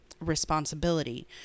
responsibility